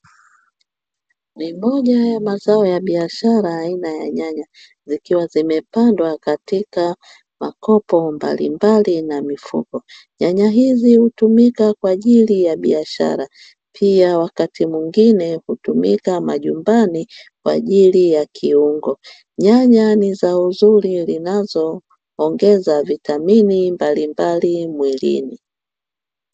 Ni moja ya mazoea ya biashara aina ya nyanya, zikiwa zimepandwa katika makopo mbalimbali na mifuko. Nyanya hizi hutumika kwa ajili ya biashara pia wakati mwingine hutumika majumbani kwa ajili ya kiungo. Nyanya ni za uzuri zinazoongeza vitamini mbalimbali mwilini.